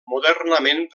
modernament